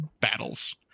battles